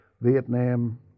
Vietnam